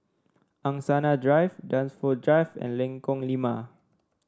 Angsana Drive Dunsfold Drive and Lengkong Lima